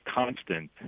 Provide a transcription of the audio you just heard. constant